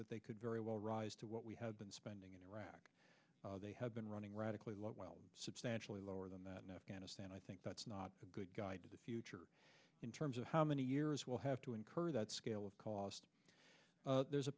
that they could very well rise to what we have been spending in iraq they have been running radically low while substantially lower than that in afghanistan i think that's not a good guide to the future in terms of how many years we'll have to incur that scale of cost there's a